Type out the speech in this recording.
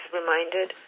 reminded